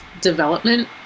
development